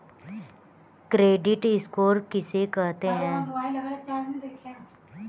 Credit score किसे कहते हैं?